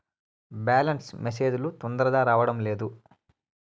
Balance message లు తొందరగా రావడం లేదు?